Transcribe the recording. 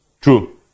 True